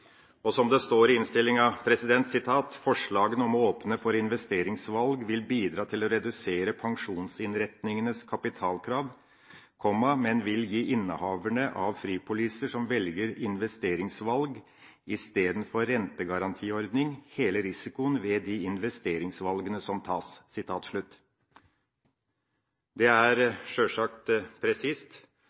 forpliktelser. Som det står i innstillingen: «Forslagene om å åpne for investeringsvalg vil bidra til å redusere pensjonsinnretningenes kapitalkrav, men vil gi innehaverne av fripoliser som velger investeringsvalg istedenfor rentegarantiordning hele risikoen ved de investeringsvalgene som tas.» Det er sjølsagt presist,